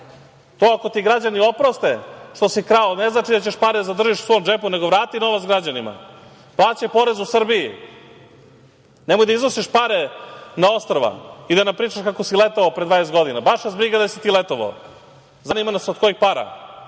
ako ti građani oproste što si krao, ne znači da ćeš pare da zadržiš u svom džepu, nego vrati novac građanima, plaćaj porez u Srbiji, nemoj da iznosiš pare na ostrva i da nam pričaš kako si letovao pre dvadeset godina, baš nas briga gde si ti letovao, zanima nas od kojih para,